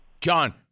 John